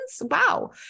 Wow